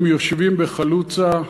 הם יושבים בחלוצה,